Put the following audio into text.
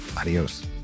Adios